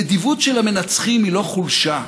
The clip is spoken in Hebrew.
הנדיבות של המנצחים היא לא חולשה,